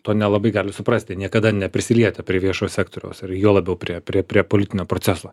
to nelabai gali suprasti niekada neprisilietę prie viešojo sektoriaus ir juo labiau prie prie prie politinio proceso